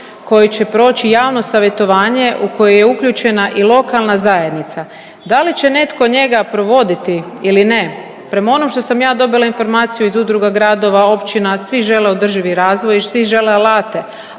koji će proći javno savjetovanje u koje je uključena i lokalna zajednica. Da će netko njega provoditi ili ne, prema onom što sam ja dobila informaciju iz udruga gradova, općina, svi žele održivi razvoj, svi žele alate.